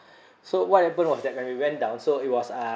so what happened was that when we went down so it was uh